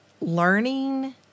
learning